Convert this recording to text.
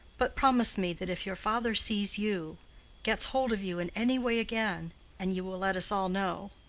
but promise me that if your father sees you gets hold of you in any way again and you will let us all know.